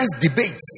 debates